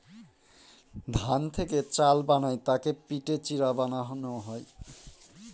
ধান থেকে চাল বানায় তাকে পিটে চিড়া বানানো হয়